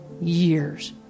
years